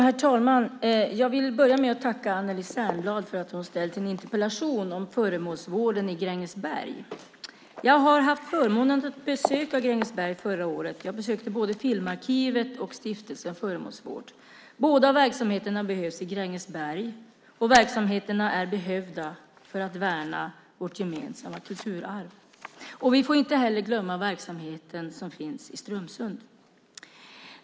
Herr talman! Jag vill börja med att tacka Anneli Särnblad för att hon ställt en interpellation om föremålsvården i Grängesberg. Jag hade förmånen att få besöka Grängesberg förra året. Jag besökte både Filmarkivet och Stiftelsen Föremålsvård i Grängesberg. Båda verksamheterna behövs i Grängesberg, och verksamheterna är behövda för att värna vårt gemensamma kulturarv. Vi får inte heller glömma verksamheten som finns i Strömsund.